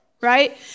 right